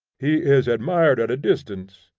he is admired at a distance,